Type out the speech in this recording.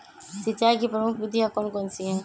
सिंचाई की प्रमुख विधियां कौन कौन सी है?